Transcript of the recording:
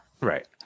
Right